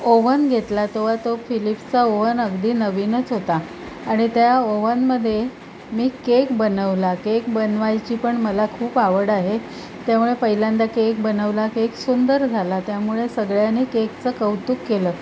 oven घेतला तेवा तो फिलिप्सचा ओव्हन अगदी नवीनच होता आणि त्या ओव्हनमध्ये मी केक बनवला केक बनवायची पण मला खूप आवड आहे त्यामुळे पहिल्यांदा केक बनवला केक सुंदर झाला त्यामुळे सगळ्यांनी केकचं कौतुक केलं